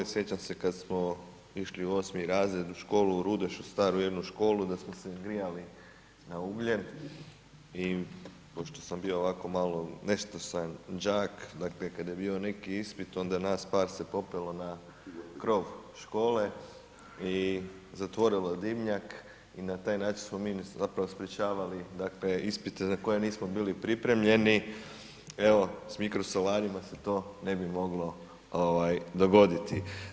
Sjećam se kad smo išli u 8. razred u školu u Rudešu, staru jednu školu da smo se grijali na ugljen i pošto sam bio ovako malo nestašan đak, dakle kada je bilo neki ispit onda nas par se popelo na krov škole i zatvorilo dimnjak i na taj način smo mi zapravo sprječavali dakle ispite za koje nismo bili pripremljeni, evo s mikrosolarima se to ne bi moglo ovaj dogoditi.